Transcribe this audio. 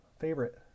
favorite